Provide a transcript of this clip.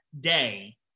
day